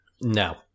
no